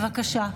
בבקשה.